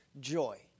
joy